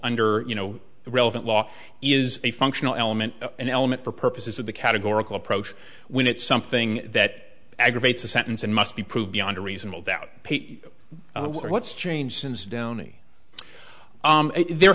under you know the relevant law is a functional element an element for purposes of the categorical approach when it's something that aggravates a sentence and must be proved beyond a reasonable doubt what's changed since downey there